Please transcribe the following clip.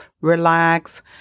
relax